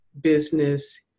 business